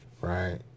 right